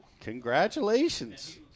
Congratulations